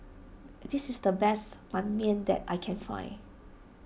this is the best Ban Mian that I can find